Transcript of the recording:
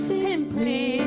simply